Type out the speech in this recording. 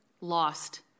lost